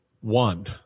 One